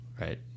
right